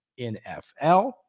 NFL